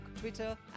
Twitter